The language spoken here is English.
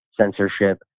censorship